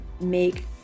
make